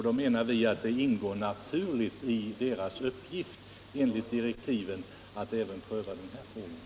Vi anser då att det enligt direktiven naturligen ingår i utredningens uppgift att pröva även denna fråga.